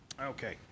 Okay